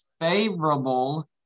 favorable